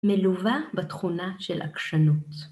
מלווה בתכונה של עקשנות